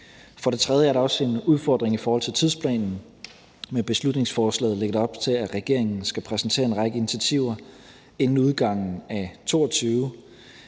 For det tredje er der også en udfordring i forhold til tidsplanen. Med beslutningsforslaget lægges der op til, at regeringen skal præsentere en række initiativer inden udgangen af 2022,